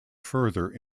further